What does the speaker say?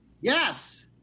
Yes